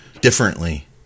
differently